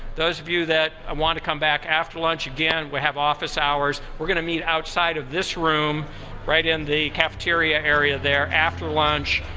those of you that um want to come back after lunch, again, we have office hours. we're going to meet outside of this room right in the cafeteria area there after lunch,